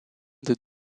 des